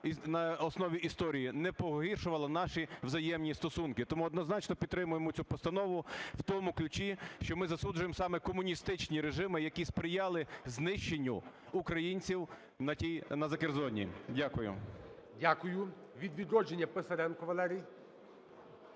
на основі історії не погіршувала наші взаємні стосунки. Тому однозначно підтримуємо цю постанову в тому ключі, що ми засуджуємо саме комуністичні режими, які сприяли знищенню українців на тій… на Закерзонні. Дякую. Веде засідання Голова